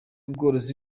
ubworozi